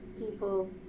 people